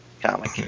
comic